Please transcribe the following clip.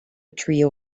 trio